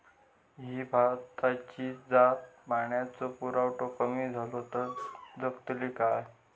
ही भाताची जात पाण्याचो पुरवठो कमी जलो तर जगतली काय?